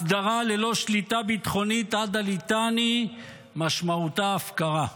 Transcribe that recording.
הסדרה ללא שליטה ביטחונית עד הליטני משמעותה הפקרה.